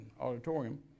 auditorium